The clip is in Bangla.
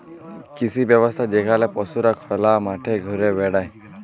কৃষি ব্যবস্থা যেখালে পশুরা খলা মাঠে ঘুরে বেড়ায়